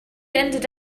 ended